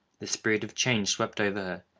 the spirit of change swept over